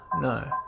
No